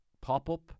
pop-up